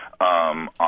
On